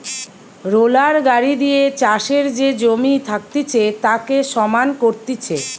roller গাড়ি দিয়ে চাষের যে জমি থাকতিছে তাকে সমান করতিছে